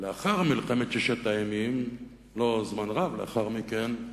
לאחר מלחמת ששת הימים, לא זמן רב לאחר מכן,